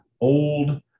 old